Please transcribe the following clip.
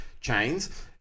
chains